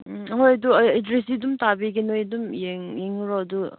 ꯎꯝ ꯑꯍꯣꯏ ꯑꯗꯨ ꯑꯩ ꯑꯦꯗ꯭ꯔꯦꯁꯇꯤ ꯑꯗꯨꯝ ꯊꯥꯕꯤꯒꯦ ꯅꯣꯏ ꯑꯗꯨꯝ ꯌꯦꯡꯈ꯭ꯔꯣ ꯑꯗꯨ